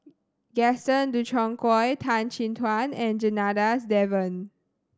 Gaston Dutronquoy Tan Chin Tuan and Janadas Devan